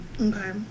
okay